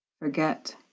forget